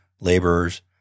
laborers